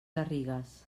garrigues